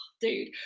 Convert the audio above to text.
dude